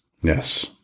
Yes